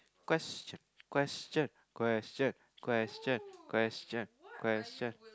question question question question question question